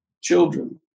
children